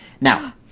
Now